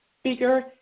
speaker